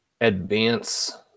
advance